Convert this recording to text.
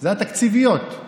זה התקציביות.